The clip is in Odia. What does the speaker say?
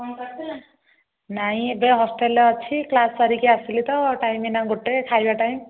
ନାଇଁ ଏବେ ହଷ୍ଟେଲ୍ରେ ଅଛି କ୍ଲାସ୍ ସାରିକି ଆସିଲି ତ ଟାଇମ୍ ଏଇନା ଗୋଟେ ଖାଇବା ଟାଇମ୍